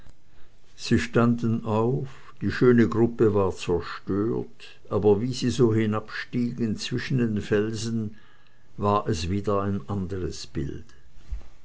sie standen auf die schöne gruppe war zerstört aber wie sie so hinabstiegen zwischen den felsen war es wieder ein anderes bild